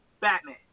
Batman